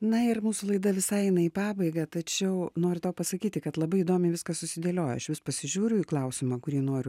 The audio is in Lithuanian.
na ir mūsų laida visai eina į pabaigą tačiau noriu tau pasakyti kad labai įdomiai viskas susidėliojo aš vis pasižiūriu į klausimą kurį noriu